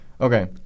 Okay